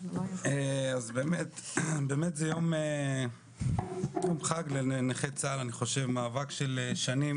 באמת זה יום חג לנכי צה"ל, לאחר מאבק של שנים